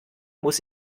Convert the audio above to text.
muss